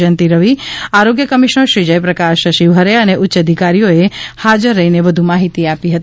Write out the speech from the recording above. જયંતિ રવિ આરોગ્ય કમિશનર શ્રી જયપ્રકાશ શિવહરે અને ઉચ્ય અધિકારીઓએ હાજર રહીને વધુ માહિતી આપી હતી